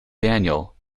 daniel